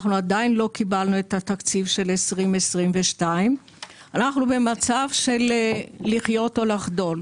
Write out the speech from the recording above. עדיין לא קיבלנו את התקציב של שנת 2022. אנחנו במצב של לחיות או לחדול.